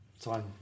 time